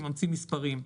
שממציא מספרים.